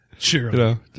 Sure